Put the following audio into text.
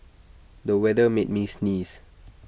the weather made me sneeze